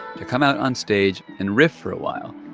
to come out onstage and riff for a while.